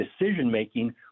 decision-making